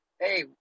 hey